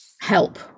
help